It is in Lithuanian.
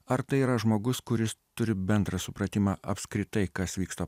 ar tai yra žmogus kuris turi bendrą supratimą apskritai kas vyksta